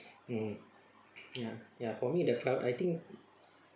mm ya ya for me the proud I think